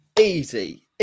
Easy